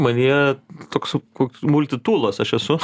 manyje toks koks multitūlas aš esu